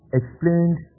explains